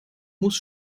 muss